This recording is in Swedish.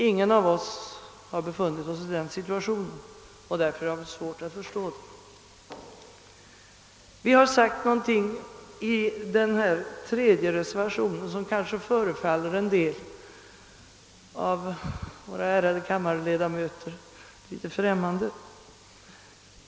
Ingen av oss har befunnit sig i denna situation, och därför har vi svårt att förstå den. Vi har i reservationen 3 skrivit något som kanske förefaller en del av våra ärade kammarledamöter litet främmande.